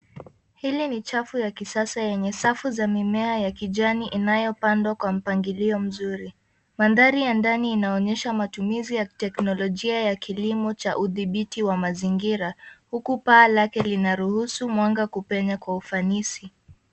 Hili ni chafu ya kisasa yenye safu za mimea ya kijani inayopandwa kwa mpangilio mzuri. Mandhari ya ndani inaonyesha matumizi ya kiteknolojia ya kilimo cha udhibiti wa mazingira huku paa lake lina ruhusu mwanga kupenya kwa ufanisi.